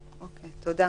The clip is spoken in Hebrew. תודה.